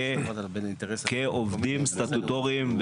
כעובדים סטטוטוריים,